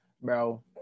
bro